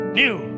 new